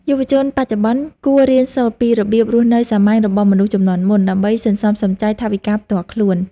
យុវជនបច្ចុប្បន្នគួររៀនសូត្រពីរបៀបរស់នៅសាមញ្ញរបស់មនុស្សជំនាន់មុន ដើម្បីសន្សំសំចៃថវិកាផ្ទាល់ខ្លួន។